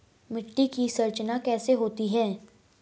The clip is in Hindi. मिट्टी की संरचना कैसे होती है?